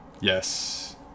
Yes